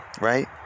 right